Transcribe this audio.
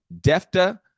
Defta